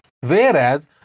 Whereas